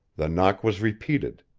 the knock was repeated,